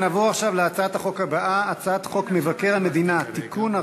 נעבור עכשיו להצעת החוק הבאה: הצעת חוק מבקר המדינה (תיקון,